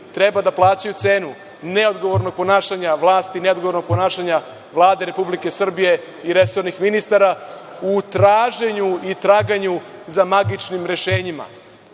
treba da plaćaju cenu neodgovornog ponašanja vlasti, neodgovornog ponašanja Vlade Republike Srbije i resornih ministara u traženju i traganju za magičnim rešenjima?